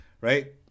right